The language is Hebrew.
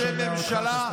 בשם ממשלה,